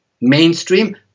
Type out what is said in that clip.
mainstream